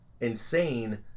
Insane